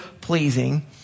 pleasing